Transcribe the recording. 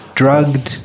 drugged